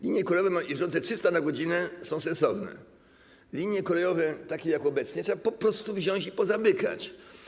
Linie kolejowe jeżdżące 300 km/h są sensowne, linie kolejowe takie jak obecnie trzeba po prostu wziąć i pozamykać.